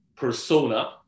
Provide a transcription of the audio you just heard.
Persona